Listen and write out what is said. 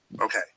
okay